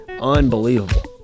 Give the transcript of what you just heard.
Unbelievable